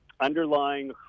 underlying